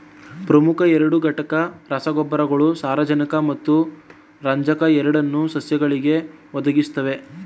ಪ್ರಮುಖ ಎರಡು ಘಟಕ ರಸಗೊಬ್ಬರಗಳು ಸಾರಜನಕ ಮತ್ತು ರಂಜಕ ಎರಡನ್ನೂ ಸಸ್ಯಗಳಿಗೆ ಒದಗಿಸುತ್ವೆ